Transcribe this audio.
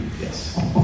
yes